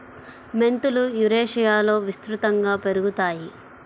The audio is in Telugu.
మెంతులు యురేషియాలో విస్తృతంగా పెరుగుతాయి